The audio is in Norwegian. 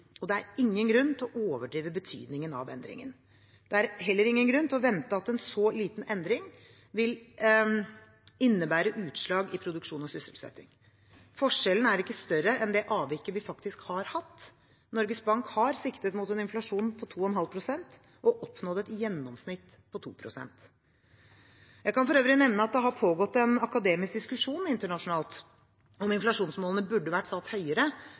og det er ingen grunn til å overdrive betydningen av endringen. Det er heller ingen grunn til å vente at en så liten endring vil innebære utslag i produksjon og sysselsetting. Forskjellen er ikke større enn det avviket vi faktisk har hatt: Norges Bank har siktet mot en inflasjon på 2,5 pst. og oppnådd et gjennomsnitt på 2 pst. Jeg kan for øvrig nevne at det har pågått en akademisk diskusjon internasjonalt om inflasjonsmålene burde vært satt høyere